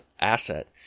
asset